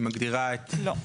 לא.